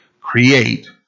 create